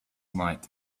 night